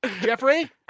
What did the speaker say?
Jeffrey